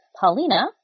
paulina